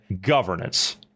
governance